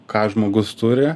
ką žmogus turi